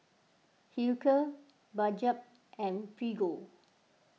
Hilker Bajaj and Prego